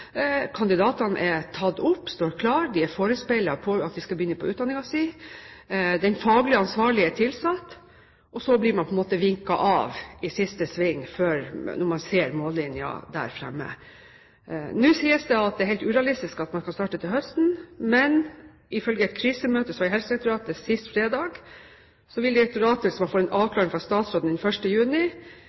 Kandidatene er tatt opp, de står klare, og de er forespeilet at de skal begynne på utdanningen sin. Den faglig ansvarlige er tilsatt. Og så blir man på en måte vinket av i siste sving – når man ser mållinjen der fremme. Nå sies det at det er helt urealistisk at man skal starte til høsten. Men ifølge et krisemøte i Helsedirektoratet sist fredag vil direktoratet, hvis man får en avklaring fra statsråden den 1. juni,